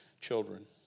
children